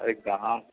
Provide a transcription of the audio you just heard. ارے کہاں